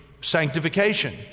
sanctification